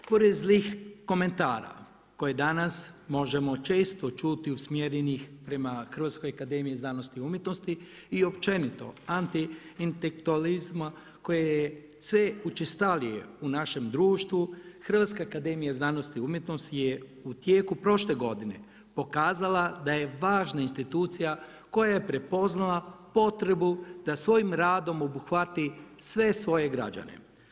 Pored zlih komentara, koje danas možemo često čuti usmjerenih prema Hrvatskoj akademiji znanosti i umjetnosti i općenito antiintelektualizma koje je sve učestalije u našem društvu, Hrvatska akademija znanosti i umjetnosti je u tijeku prošle godine, pokazala da je važna institucija koja je prepoznala potrebu da svojim radom obuhvati sve svoje građane.